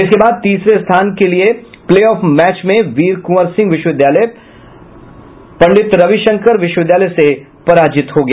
इसके बाद तीसरे स्थान के प्ले ऑफ मैच में वीर कुंवर सिंह विश्वविद्यालय पंडित रविशंकर विश्वविद्यालय से पराजित हो गया